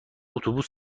اتوبوس